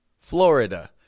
Florida